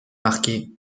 marquet